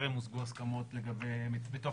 טרם הושגו הסכמות בתוך